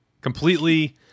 completely